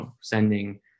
sending